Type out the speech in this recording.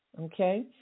Okay